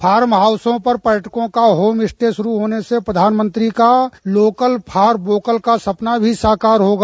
farm हाउसों पर पर्यटकों का होम स्टे शुरू होने से प्रधानमंत्री का लोकल फॉर वोकल का सपना भी साकार होगा